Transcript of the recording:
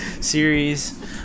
series